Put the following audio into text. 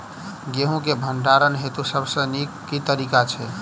गेंहूँ केँ भण्डारण हेतु सबसँ नीक केँ तरीका छै?